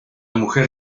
mujer